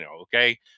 okay